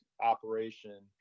operation